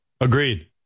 Agreed